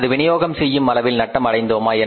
அல்லது விநியோகம் செய்யும் அளவில் நட்டம் அடைந்தோமா